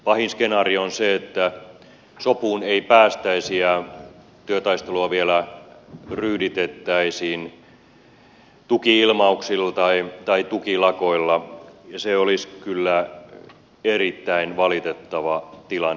pahin skenaario on se että sopuun ei päästäisi ja työtaistelua vielä ryyditettäisiin tuki ilmauksilla tai tukilakoilla ja se olisi kyllä erittäin valitettava tilanne